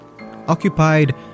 occupied